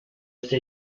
esta